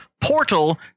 portal